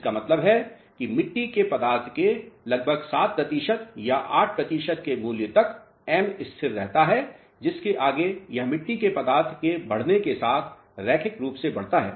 इसका मतलब है कि मिट्टी के पदार्थ के लगभग 7 प्रतिशत या 8 प्रतिशत के मूल्य तक m स्थिर रहता है जिसके आगे यह मिट्टी के पदार्थ के बढ़ने के साथ रैखिक रूप से बढ़ता है